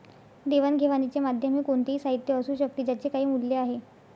देवाणघेवाणीचे माध्यम हे कोणतेही साहित्य असू शकते ज्याचे काही मूल्य आहे